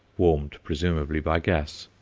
warmed presumably by gas.